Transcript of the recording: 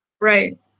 Right